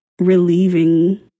relieving